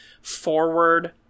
forward